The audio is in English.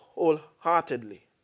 wholeheartedly